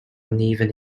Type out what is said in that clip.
uneven